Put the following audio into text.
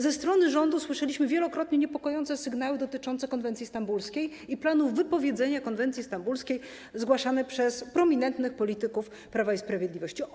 Ze strony rządu wielokrotnie słyszeliśmy niepokojące sygnały dotyczące konwencji stambulskiej i planu wypowiedzenia konwencji stambulskiej zgłaszane przez prominentnych polityków Prawa i Sprawiedliwości.